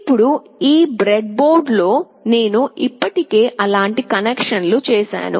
ఇప్పుడు ఈ బ్రెడ్బోర్డు లో నేను ఇప్పటికే అలాంటి కనెక్షన్లను చేసాను